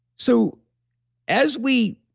so as we